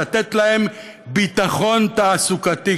לתת להם ביטחון תעסוקתי.